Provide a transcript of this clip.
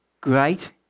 Great